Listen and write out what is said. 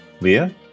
Leah